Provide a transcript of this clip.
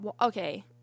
okay